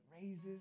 raises